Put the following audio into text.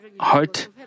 heart